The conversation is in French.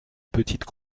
petite